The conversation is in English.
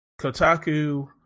Kotaku